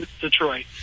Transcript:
Detroit